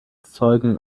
zeugen